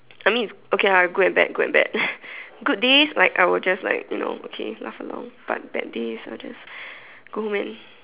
I mean it's okay lah good and bad good and bad good days like I will just like you know okay laugh along but bad days I will just go home and